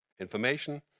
Information